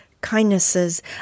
kindnesses